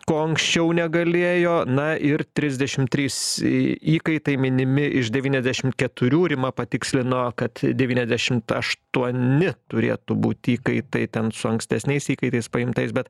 ko anksčiau negalėjo na ir trisdešim trys įkaitai minimi iš devyniasdešimt keturių rima patikslino kad devyniasdešimt aštuoni turėtų būt įkaitai ten su ankstesniais įkaitais paimtais bet